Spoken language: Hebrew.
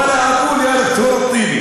(אומר דברים בשפה הערבית,